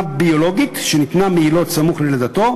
ביולוגית שניטלה מיילוד סמוך ללידתו,